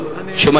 מכיוון